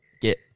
get